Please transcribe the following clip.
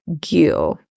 Gill